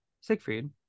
Siegfried